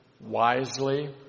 wisely